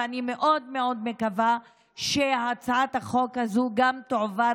ואני מאוד מאוד מקווה שהצעת חוק זו תועבר